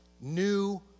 New